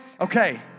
okay